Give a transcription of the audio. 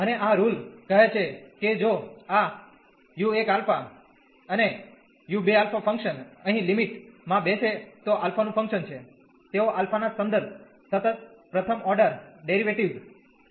અને આ રુલ કહે છે કે જો આ u1 α u2α ફંકશન અહીં લિમિટ માં બેસે તો α નું ફંકશન છે તેઓ α ના સંદર્ભે સતત પ્રથમ ઓર્ડર ડેરિવેટિવ્ઝ છે